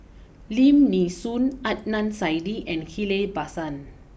Lim Nee Soon Adnan Saidi and Ghillie Basan